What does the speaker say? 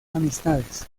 amistades